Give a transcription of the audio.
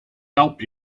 help